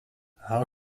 how